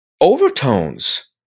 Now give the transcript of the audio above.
overtones